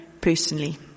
personally